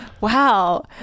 Wow